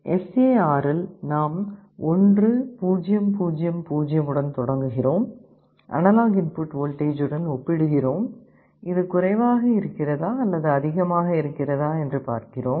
S A R இல் நாம் 1 0 0 0 உடன் தொடங்குகிறோம் அனலாக் இன்புட் வோல்டேஜ் உடன் ஒப்பிடுகிறோம் இது குறைவாக இருக்கிறதா அல்லது அதிகமாக இருக்கிறதா என்று பார்க்கிறேன்